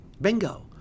Bingo